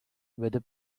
weather